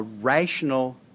rational